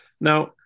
Now